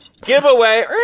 Giveaway